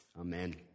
Amen